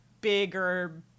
bigger